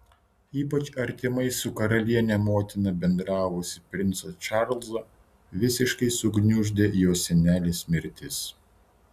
ypač artimai su karaliene motina bendravusį princą čarlzą visiškai sugniuždė jo senelės mirtis